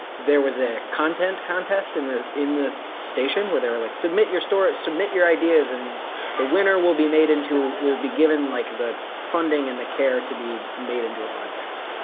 there was a content contest in the in the station. where they were like, submit your story, submit your ideas, and the winner will be made into will be given like the funding and the care to be made into a podcast.